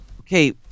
Okay